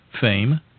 fame